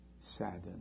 saddened